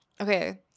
Okay